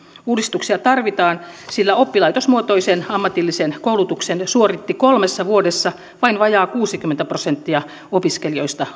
uudistuksia tarvitaan sillä oppilaitosmuotoisen ammatillisen koulutuksen suoritti kolmessa vuodessa loppuun vain vajaa kuusikymmentä prosenttia opiskelijoista